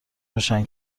روشن